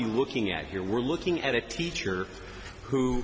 we looking at here we're looking at a teacher who